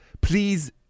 please